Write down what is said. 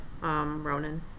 Ronan